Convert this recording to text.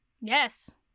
yes